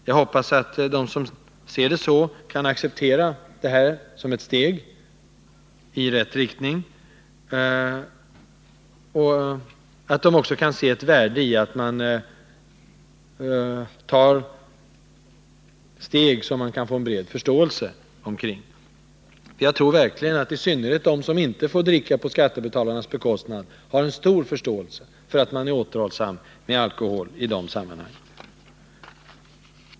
Jag hoppas att de som ser saken så kan acceptera det här förslaget som ett steg i rätt riktning och att de också kan se ett värde i att man nöjer sig med de steg som det går att vinna bred förståelse för. Jag tror att i synnerhet de som inte får dricka på skattebetalarnas bekostnad har stor förståelse för att man är återhållsam med alkohol i dessa sammanhang.